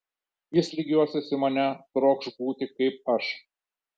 jis lygiuosis į mane trokš būti kaip aš